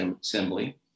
Assembly